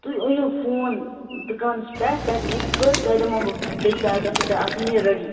تُہۍ أنِو فون دُکانس پٮ۪ٹھ تَتہِ وُچھٕ بہٕ تۅہہِ دِمو بہٕ بیٚیہِ دۄہ گَژھو تۅہہِ آسُن یہِ ریڈی